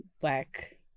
black